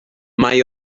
mae